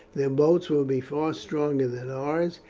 their boats will be far stronger than ours,